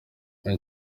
muri